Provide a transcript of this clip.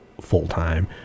full-time